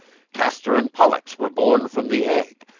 castor and pollux were born from the egg.